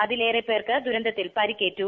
അതിലേറെ പേർക്ക് ദൂരന്തത്തിൽ പരിക്കേറ്റു